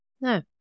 No